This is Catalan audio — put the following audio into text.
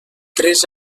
tres